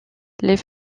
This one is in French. les